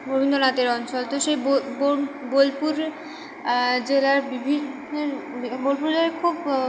রবীন্দ্রনাথের অঞ্চল তো সেই বোলপুর জেলার বিভিন্ন বোলপুর জেলার খুব